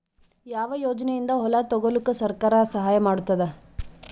ಯಾವ ಯೋಜನೆಯಿಂದ ಹೊಲ ತೊಗೊಲುಕ ಸರ್ಕಾರ ಸಹಾಯ ಮಾಡತಾದ?